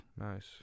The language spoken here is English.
Nice